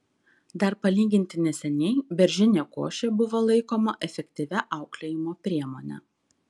dar palyginti neseniai beržinė košė buvo laikoma efektyvia auklėjimo priemone